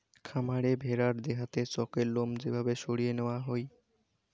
খামারে ভেড়ার দেহাতে চকের লোম যে ভাবে সরিয়ে নেওয়া হই